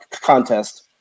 contest